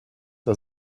das